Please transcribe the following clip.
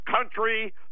country